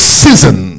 season